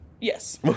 Yes